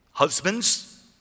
Husbands